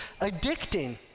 addicting